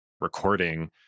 recording